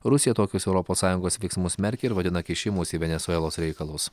rusija tokius europos sąjungos veiksmus smerkia ir vadina kišimusi į venesuelos reikalus